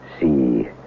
See